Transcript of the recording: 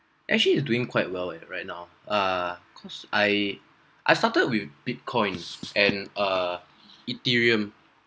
actually it's doing quite well at right now err cause I I started with Bitcoins and err ethereum